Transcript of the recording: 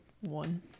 one